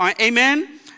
Amen